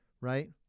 right